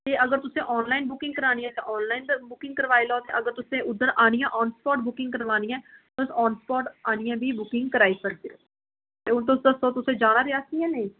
ते अगर तुसें ऑनलाइन बुकिंग करानी ऐ ते ऑनलाइन बुकिंग करवाई लैओ ते अगर तुसें उद्धर आनियै ऑनस्पॉट बुकिंग करवानी ऐ तुस ऑनस्पॉट आनियै बी बुकिंग कराई सकदे ओ ते हून तुस दस्सो तोहें जाना रियासी जां नेईं